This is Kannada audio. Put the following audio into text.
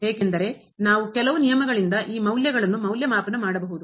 ಏಕೆಂದರೆ ನಾವು ಕೆಲವು ನಿಯಮಗಳಿಂದ ಆ ಮೌಲ್ಯಗಳನ್ನು ಮೌಲ್ಯಮಾಪನ ಮಾಡಬೇಕು